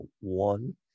one